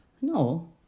No